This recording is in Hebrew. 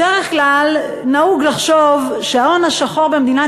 בדרך כלל נהוג לחשוב שההון השחור במדינת